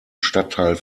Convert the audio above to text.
stadtteil